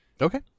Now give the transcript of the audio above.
Okay